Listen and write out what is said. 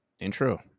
Intro